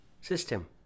system